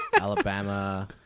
Alabama